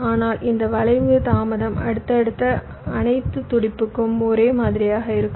ஆனால் இந்த வளைவு தாமதம் அடுத்தடுத்த அனைத்து துடிப்புக்கும் ஒரே மாதிரியாக இருக்கும்